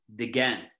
Again